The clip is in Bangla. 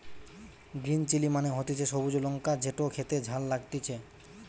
গ্রিন চিলি মানে হতিছে সবুজ লঙ্কা যেটো খেতে ঝাল লাগতিছে